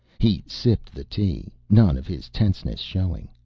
he sipped the tea. none of his tenseness showing.